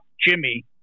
Jimmy